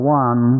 one